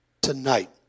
tonight